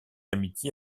amitié